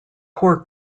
poor